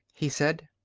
he said.